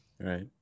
Right